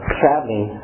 traveling